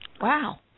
Wow